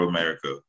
America